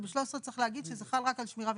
וב-13 צריך להגיד שזה חל רק על שמירה וניקיון.